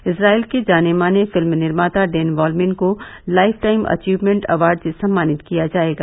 इम्राइल के जाने माने फिल्म निर्माता डेन यॉलमिन को लाइफ टाइम अचीकमेंट अवार्ड से सम्मानित किया जाएगा